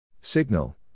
Signal